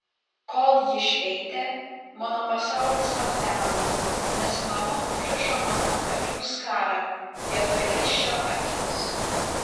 kol ji šveitė mano pasaulis aptemo nes mama užrišo man ant akių skarą vietoj raiščio akims